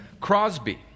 Crosby